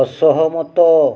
ଅସହମତ